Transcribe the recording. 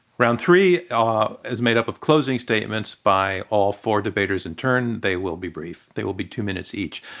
round three ah is made up of closing statements by all four debaters in turn. they will be brief they will be two minutes each.